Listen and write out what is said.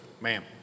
ma'am